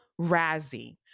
Razzie